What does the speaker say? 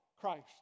Christ